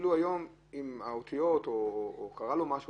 קרה משהו